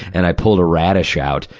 and i pulled a radish out,